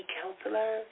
counselor